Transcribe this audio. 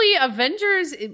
Avengers